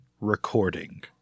recording